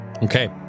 Okay